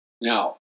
Now